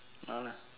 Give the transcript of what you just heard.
no lah